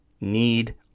need